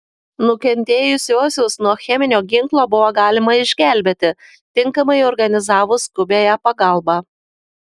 nukentėjusiuosius nuo cheminio ginklo buvo galima išgelbėti tinkamai organizavus skubiąją pagalbą